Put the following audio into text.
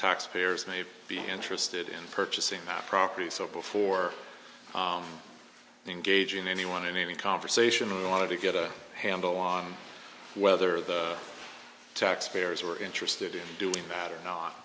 taxpayers may be interested in purchasing power property so before engaging anyone in any conversation we want to get a handle on whether the taxpayers were interested in doing bad or not